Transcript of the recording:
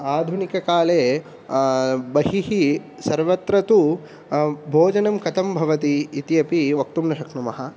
आधुनिककाले बहिः सर्वत्र तु भोजनं कथं भवति इति अपि वक्तुं न शक्नुमः